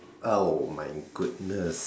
oh my goodness